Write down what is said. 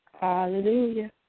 Hallelujah